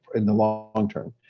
in the long um term.